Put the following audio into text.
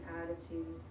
attitude